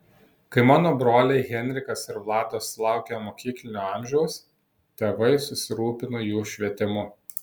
kai mano broliai henrikas ir vladas sulaukė mokyklinio amžiaus tėvai susirūpino jų švietimu